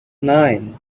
nine